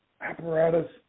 apparatus